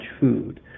food